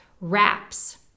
wraps